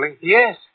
Yes